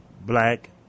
black